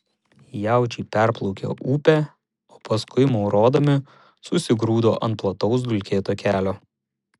jaučiai perplaukė upę o paskui maurodami susigrūdo ant plataus dulkėto kelio